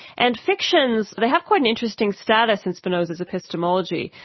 and fictions, they have quite an interesting status in spinoza's epistemology.